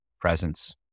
presence